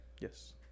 Yes